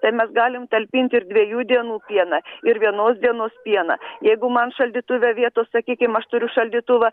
tai mes galim talpinti ir dviejų dienų pieną ir vienos dienos pieną jeigu man šaldytuve vietos sakykim aš turiu šaldytuvą